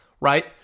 right